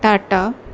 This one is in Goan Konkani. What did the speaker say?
टाटा